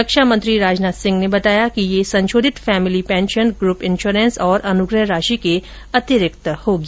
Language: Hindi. रक्षामंत्री राजनाथ सिंह ने बताया कि यह संशोधित फैमिली पेंशन ग्रप इन्श्योरेंस और अनुग्रह राशि के अतिरिक्त होगी